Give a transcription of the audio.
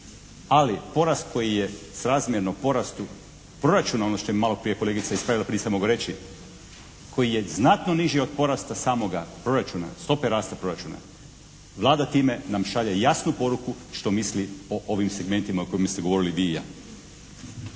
Ali porast koji je srazmjerno porastu proračuna, ono što je maloprije kolegica ispravila pa nisam mogao reći, koji je znatno niži od porasta samoga proračuna, stope rasta proračuna. Vlada time nam šalje jasnu poruku što misli o ovim segmentima o kojima ste govorili vi i ja.